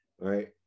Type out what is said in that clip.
right